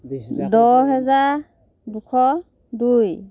দহ হাজাৰ দুশ দুই